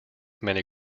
many